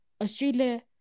Australia